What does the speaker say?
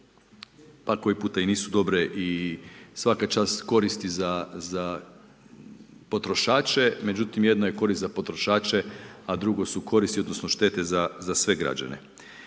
pa koji puta i nisu dobre i svaka čast koristi za potrošače. Međutim jedno je korist za potrošače, a drugo su koristi odnosno štete za sve građana.